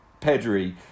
Pedri